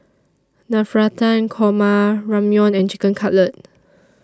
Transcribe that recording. Navratan Korma Ramyeon and Chicken Cutlet